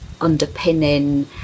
underpinning